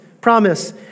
promise